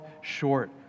short